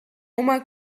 uma